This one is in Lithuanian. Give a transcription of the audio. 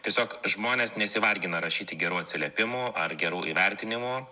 tiesiog žmonės nesivargina rašyti gerų atsiliepimų ar gerų įvertinimų